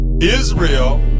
Israel